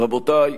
רבותי,